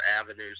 avenues